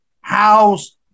house